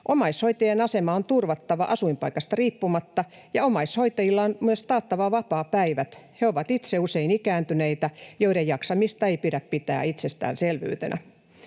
Omaishoitajien asema on turvattava asuinpaikasta riippumatta, ja omaishoitajille on myös taattava vapaapäivät — he ovat itse usein ikääntyneitä, joiden jaksamista ei pidä pitää itsestäänselvyytenä.